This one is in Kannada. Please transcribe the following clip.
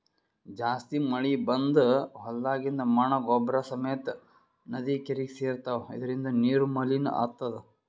ಜಾಸ್ತಿ ಮಳಿ ಬಂದ್ ಹೊಲ್ದಾಗಿಂದ್ ಮಣ್ಣ್ ಗೊಬ್ಬರ್ ಸಮೇತ್ ನದಿ ಕೆರೀಗಿ ಸೇರ್ತವ್ ಇದರಿಂದ ನೀರು ಮಲಿನ್ ಆತದ್